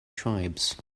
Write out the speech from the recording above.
tribes